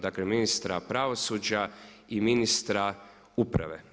Dakle, ministra pravosuđa i ministra uprave.